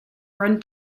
run